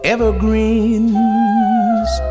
Evergreens